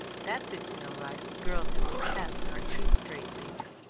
that suits me all right if the girls have any pep and aren't too straitlaced.